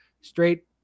straight